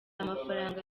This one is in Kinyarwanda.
amafaranga